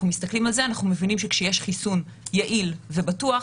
מסתכלים על זה מבינים שכשיש חיסון יעיל ובטוח,